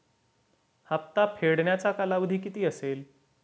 हप्ता फेडण्याचा कालावधी किती असेल?